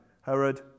Herod